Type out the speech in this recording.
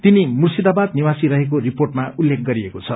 तिनी मुर्शिदाबाद निवासी रहेको रिर्पोटमा उल्लेख गरिएको छ